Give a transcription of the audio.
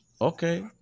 Okay